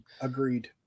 Agreed